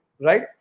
right